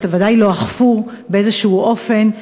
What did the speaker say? ובוודאי לא אכפו באיזשהו אופן,